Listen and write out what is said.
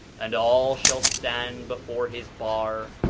and all shall stand before his bar,